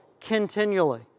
continually